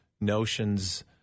notions